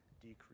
decrease